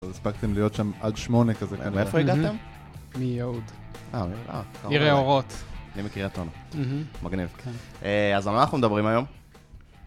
אז הספקתם להיות שם עד שמונה כזה. מאיפה הגעתם? מיהוד. אה, יאללה. עיר האורות. אני מקריית אונו. מגניב. אה, אז על מה אנחנו מדברים היום?